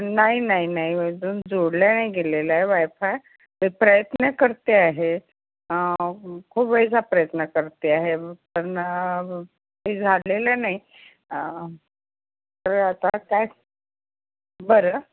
नाही नाही नाही अजून जोडलं नाही गेलेलं आहे वायफाय ते प्रयत्न करते आहे खूप वेळचा प्रयत्न करते आहे पण ते झालेलं नाही तर आता काय बरं